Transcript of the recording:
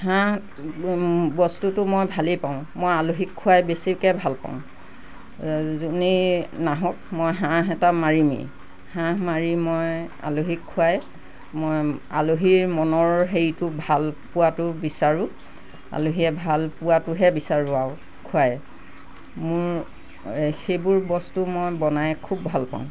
হাঁহ বস্তুটো মই ভালেই পাওঁ মই আলহীক খুৱাই বেছিকে ভাল পাওঁ যোনে নাহক মই হাঁহ এটা মাৰিমেই হাঁহ মাৰি মই আলহীক খুৱাই মই আলহীৰ মনৰ হেৰিটো ভাল পোৱাটো বিচাৰোঁ আলহীয়ে ভাল পোৱাটোহে বিচাৰোঁ আৰু খুৱাই মোৰ সেইবোৰ বস্তু মই বনাই খুব ভাল পাওঁ